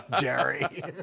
Jerry